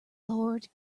lord